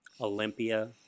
Olympia